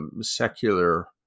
secular